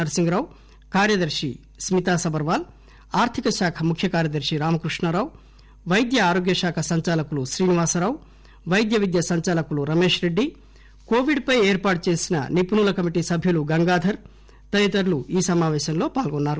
nursing Rao కార్యదర్ని స్కితా సబర్పాల్ ఆర్థిక శాఖ ముఖ్యకార్యదర్శి రామకృష్ణా రావు వైద్య ఆరోగ్యశాఖ సంచాలకులు శ్రీనివాస రావు వైద్య విద్య సంచాలకులు రమేష్ రెడ్డి కోవిడ్ పై ఏర్పాటు చేసిన నిపుణుల కమిటి సభ్యులు గంగాధర్ తదితరులు ఈ సమాపేశంలో పాల్గొన్నారు